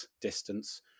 distance